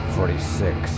Forty-six